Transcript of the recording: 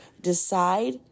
decide